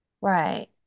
right